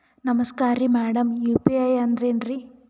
ನಮಸ್ಕಾರ್ರಿ madam UPI ಅಂದ್ರೆನ್ರಿ?